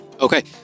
Okay